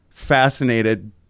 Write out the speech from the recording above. fascinated